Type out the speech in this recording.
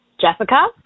Jessica